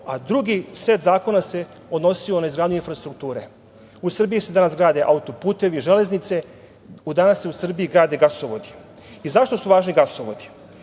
a drugi set zakona se odnosio na izgradnju infrastrukture. U Srbiji se danas grade autoputevi, železnice, danas se u Srbiji grade gasovodi.Zašto su važni gasovodi?